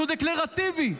הוא דקלרטיבי,